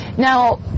Now